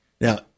Now